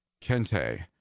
Kente